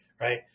right